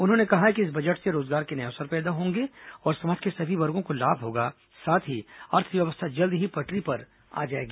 उन्होंने कहा है कि इस बजट से रोजगार के नये अवसर पैदा होंगे समाज के सभी वर्गों को लाभ होगा और अर्थव्यवस्था जल्द ही पटरी पर आ जाएगी